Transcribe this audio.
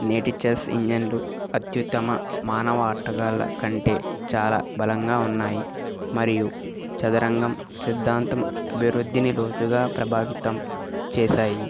నేటి చెస్ ఇంజిన్లు అత్యుత్తమ మానవ ఆటగాళ్ళ కంటే చాలా బలంగా ఉన్నాయి మరియు చదరంగం సిద్ధాంతం అభివృద్ధిని లోతుగా ప్రభావితం చేశాయి